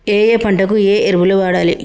ఏయే పంటకు ఏ ఎరువులు వాడాలి?